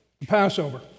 Passover